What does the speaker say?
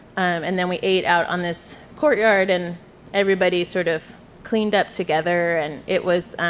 and then we ate out on this courtyard and everybody sort of cleaned up together and it was,